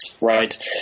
right